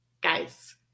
Guys